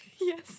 Yes